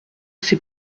c’est